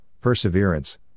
perseverance